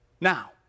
Now